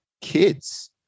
kids